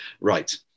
right